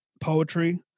poetry